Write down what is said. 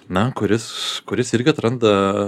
na kuris kuris irgi atranda